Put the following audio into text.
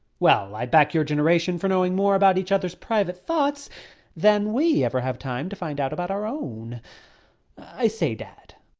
well, i back your generation for knowing more about each other's private thoughts than we ever have time to find out about our own i say, dad,